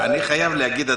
אני חייב להגיד,